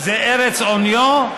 שזו ארץ עוניו,